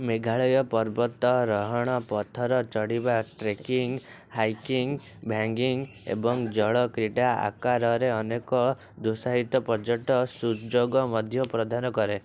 ମେଘାଳୟ ପର୍ବତାରୋହଣ ପଥର ଚଢ଼ିବା ଟ୍ରେକିଂ ହାଇକିଂ ଭେଙ୍ଗିଙ୍ଗ୍ ଏବଂ ଜଳ କ୍ରୀଡ଼ା ଆକାରରେ ଅନେକ ଦୁଃସାହସିତ ପର୍ଯ୍ୟଟ ସୁଯୋଗ ମଧ୍ୟ ପ୍ରଦାନ କରେ